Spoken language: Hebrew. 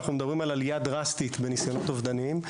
אנחנו מדברים על עלייה דרסטית בניסיונות אובדניים.